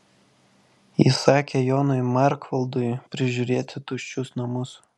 įsakė jonui markvaldui prižiūrėti tuščius namus